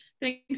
Thanks